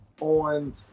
on